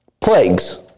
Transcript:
Plagues